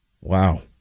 Wow